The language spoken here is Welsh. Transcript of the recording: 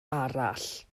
arall